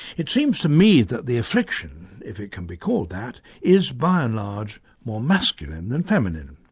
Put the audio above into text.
it seems to me that the affliction, if it can be called that, is by and large more masculine than feminine.